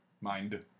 mind